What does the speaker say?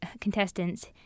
contestants